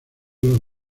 los